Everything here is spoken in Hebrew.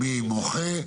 מי מוחה?